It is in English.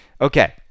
Okay